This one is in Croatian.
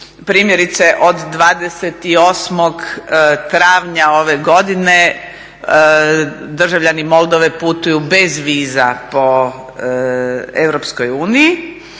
primjerice od 28. travnja ove godine državljani Moldove putuju bez viza po EU.